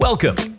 Welcome